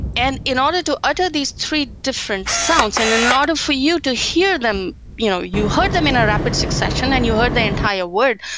and in order to utter these three different sounds and in in order for you to hear them, you know you heard them in a rapid succession and you heard the entire word,